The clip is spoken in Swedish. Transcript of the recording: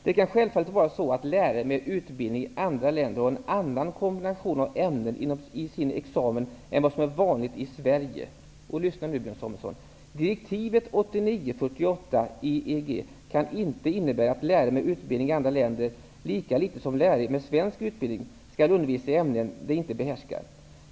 Det kan självfallet vara så att lärare med utbildning i andra länder har en annan kombination av ämnen i sin examen än vad som är vanligt i Sverige.'' Lyssna nu, Björn Samuelson! ''Direktivet 89 EEG kan inte innebära att lärare med utbildning i andra länder, lika litet som lärare med svensk utbildning, skall undervisa i ämnen de inte behärskar.